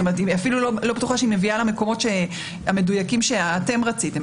אני אפילו לא בטוחה שהיא מביאה למקומות המדויקים שאתם רציתם,